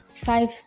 five